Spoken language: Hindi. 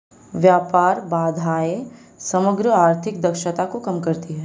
व्यापार बाधाएं समग्र आर्थिक दक्षता को कम करती हैं